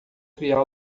criá